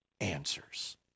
answers